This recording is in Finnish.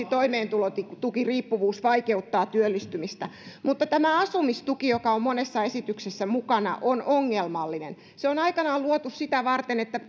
toimeentulotukiriippuvuus vaikeuttaa työllistymistä mutta tämä asumistuki joka on monessa esityksessä mukana on ongelmallinen se on aikanaan luotu sitä varten että